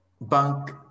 bank